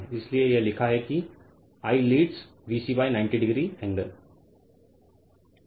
इसलिए यह लिखा है कि I leads VC by 90 degree angle I leads VC an angle 90 degree